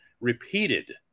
repeated